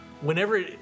whenever